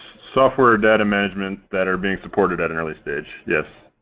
software or data management that are being supported at an early stage, yes.